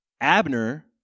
Abner